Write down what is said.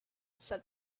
said